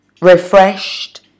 refreshed